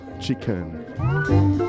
chicken